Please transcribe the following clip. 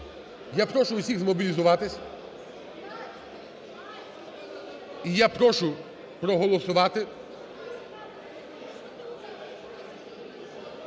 Я прошу всіхзмобілізуватися і я прошу проголосувати,